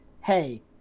hey